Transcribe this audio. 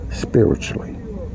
spiritually